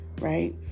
right